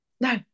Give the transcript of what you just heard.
No